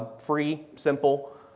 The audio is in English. free, simple.